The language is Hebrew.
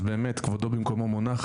אז באמת כבודו במקומו מונח,